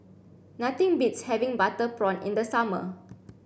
nothing beats having butter prawn in the summer